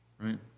right